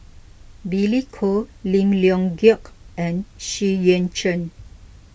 Billy Koh Lim Leong Geok and Xu Yuan Zhen